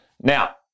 Now